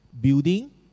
Building